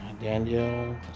Danielle